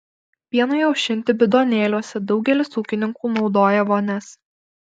pienui aušinti bidonėliuose daugelis ūkininkų naudoja vonias